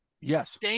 Yes